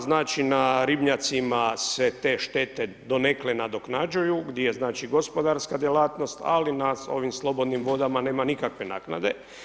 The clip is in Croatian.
Znači, na ribnjacima se te štete donekle nadoknađuju, gdje je znači gospodarska djelatnost, ali na ovim slobodnim vodama nema nikakve naknade.